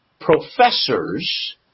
professors